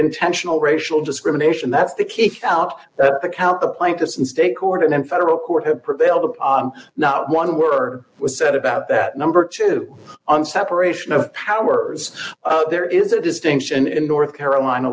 intentional racial discrimination that's the key felt account the plaintiffs in state court and in federal court have prevailed not one word was said about that number two on separation of powers there is a distinction in north carolina